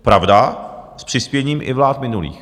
Pravda, s přispěním i vlád minulých.